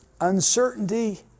uncertainty